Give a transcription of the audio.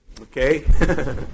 okay